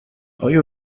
آقای